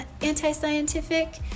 anti-scientific